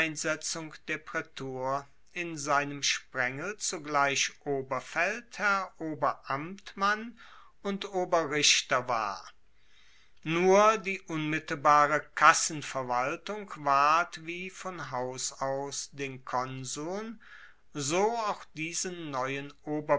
der praetur in seinem sprengel zugleich oberfeldherr oberamtmann und oberrichter war nur die unmittelbare kassenverwaltung ward wie von haus aus den konsuln so auch diesen neuen